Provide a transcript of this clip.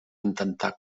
intentar